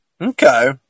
Okay